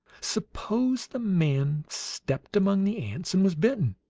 suppose the man stepped among the ants and was bitten.